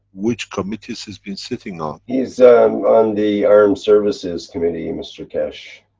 which committees this been sitting on. he's on the armed services committee mr keshe.